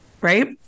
right